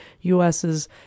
U.S.'s